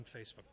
Facebook